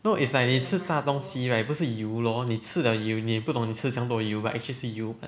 no it's 吃炸东西 right 不是油 lor 你吃了油你也不懂你吃这样多油 but actually 是油 what